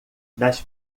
das